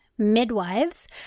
Midwives